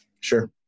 Sure